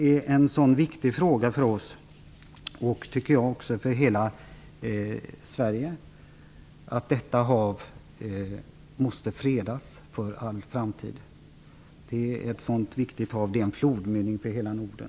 Frågan är så viktig fråga för oss och för hela Sverige, tycker jag. Detta hav måste fredas för all framtid. Det är ett så viktigt hav. Det är en flodmynning för hela Norden.